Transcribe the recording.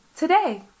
today